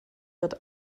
wird